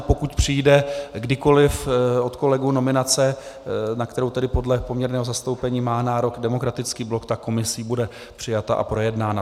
Pokud přijde kdykoliv od kolegů nominace, na kterou podle poměrného zastoupení má nárok Demokratický blok, bude komisí přijata a projednána.